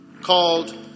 Called